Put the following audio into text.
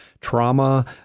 trauma